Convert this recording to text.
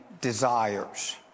desires